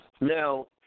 Now